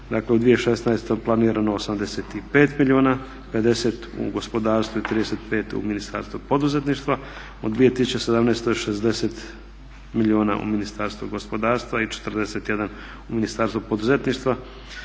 dakle u 2016.planirano 85 milijuna, 50 u gospodarstvu i 35 u Ministarstvu poduzetništva. Od 2017. 60 milijuna u Ministarstvu gospodarstva i 41 u Ministarstvu poduzetništva.